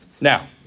Now